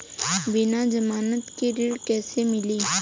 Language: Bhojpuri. बिना जमानत के ऋण कईसे मिली?